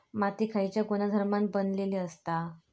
माती खयच्या गुणधर्मान बनलेली असता?